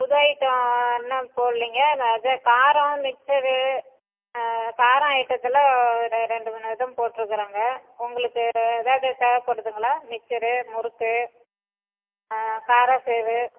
புது ஐட்டம் இன்னும் போட்லைங்க ந இது காரம் மிச்சரு கார ஐட்டத்தெல்லாம் ஒரு ரெண்டு மூணு இது போட்டிருக்கிறேங்க உங்களுக்கு வேறு ஏதாவது தேவைப்படுதுங்களா மிச்சரு முறுக்கு காராசேவ்